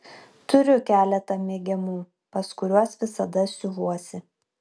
turiu keletą mėgiamų pas kuriuos visada siuvuosi